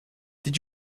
did